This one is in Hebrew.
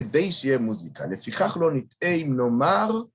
כדי שיהיה מוזיקה, לפיכך לא נטעה אם נאמר...